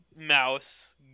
mouse